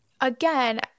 Again